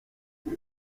nka